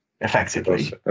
effectively